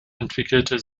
entwickelte